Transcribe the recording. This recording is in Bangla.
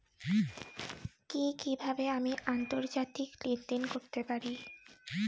কি কিভাবে আমি আন্তর্জাতিক লেনদেন করতে পারি?